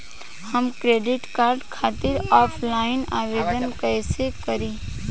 हम credit card खातिर offline आवेदन कइसे करि?